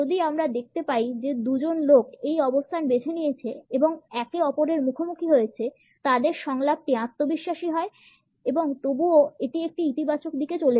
যদি আমরা দেখতে পাই যে দুজন লোক একই অবস্থান বেছে নিয়েছে এবং একে অপরের মুখোমুখি হয়েছে তাদের সংলাপটি আত্মবিশ্বাসী হয় এবং তবুও এটি একটি ইতিবাচক দিকে চলে